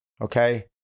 Okay